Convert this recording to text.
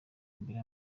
mbere